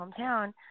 hometown